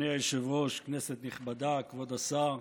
אדוני היושב-ראש, כנסת נכבדה, כבוד השר,